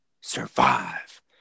Survive